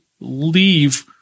leave